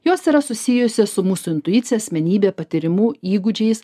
jos yra susijusios su mūsų intuicija asmenybe patyrimu įgūdžiais